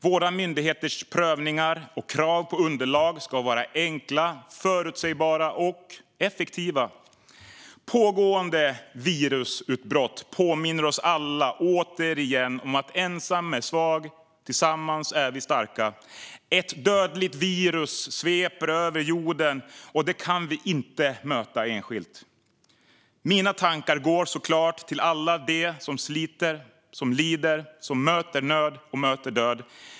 Våra myndigheters prövningar och krav på underlag ska vara enkla, förutsägbara och effektiva. Det pågående virusutbrottet påminner återigen oss alla om att ensam är svag och att vi tillsammans är starka. Ett dödligt virus sveper över jorden, och detta kan vi inte möta enskilt. Mina tankar går såklart till alla som sliter och lider och möter nöd och död.